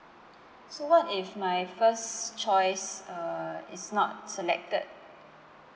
so what if my first choice uh is not selected